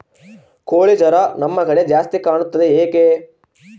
ಕೋಳಿ ಜ್ವರ ನಮ್ಮ ಕಡೆ ಜಾಸ್ತಿ ಕಾಣುತ್ತದೆ ಏಕೆ?